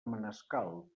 manescal